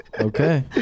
Okay